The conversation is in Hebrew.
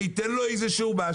ויתן לו משהו,